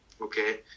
Okay